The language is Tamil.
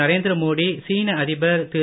நரேந்திர மோடி சீன அதிபர் திரு